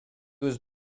was